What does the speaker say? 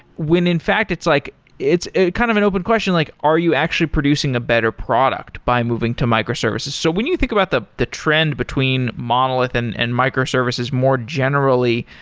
when in fact, it's like it's kind of an open question like, are you actually producing a better product by moving to microservices? so when you think about the the trend between monolith and and microservices more generally,